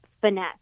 finesse